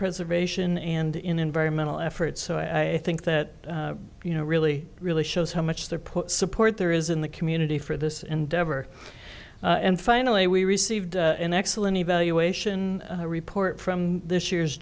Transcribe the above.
preservation and in environmental efforts so i think that you know really really shows how much they're put support there is in the community for this endeavor and finally we received an excellent evaluation report from this year's